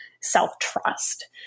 self-trust